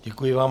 Děkuji vám.